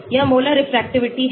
यह molar refractivity है